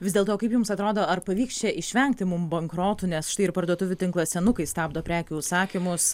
vis dėlto kaip jums atrodo ar pavyks čia išvengti mum bankrotų nes štai ir parduotuvių tinklas senukai stabdo prekių užsakymus